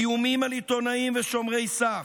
איומים על עיתונאים ושומרי סף,